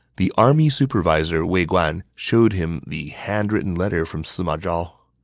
the army supervisor wei guan showed him the handwritten letter from sima zhao.